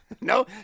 No